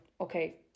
okay